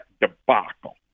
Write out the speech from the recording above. debacle